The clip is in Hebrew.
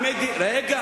אבל לא כרבנים.